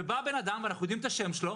ובא בן אדם ואנחנו יודעים את השם שלו,